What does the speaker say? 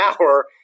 hour